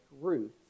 Ruth